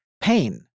pain